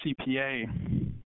CPA